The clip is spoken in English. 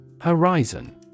Horizon